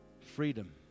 Freedom